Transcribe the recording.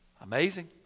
Amazing